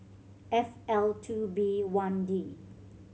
F L two B one D